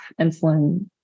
insulin